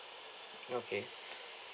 okay